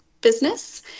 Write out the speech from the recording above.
business